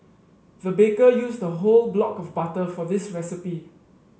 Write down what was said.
the baker used a whole block of butter for this recipe